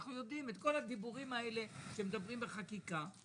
אנו יודעים את כל הדיבורים האלה שמדברים בחקיקה.